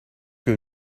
que